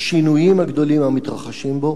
השינויים הגדולים המתרחשים בו.